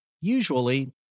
Usually